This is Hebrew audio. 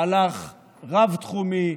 מהלך רב-תחומי,